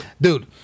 Dude